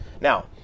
Now